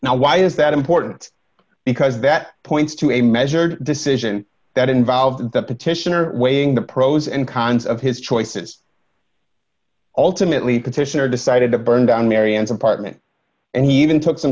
now why is that important because that points to a measured decision that involved the petitioner weighing the pros and cons of his choices ultimately petitioner decided to burn down marianne's apartment and he even took some